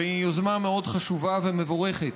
והיא יוזמה מאוד חשובה ומבורכת.